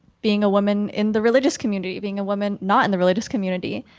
being a woman in the religious community, being a woman, not in the religious community,